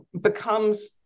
becomes